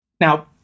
Now